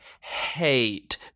hate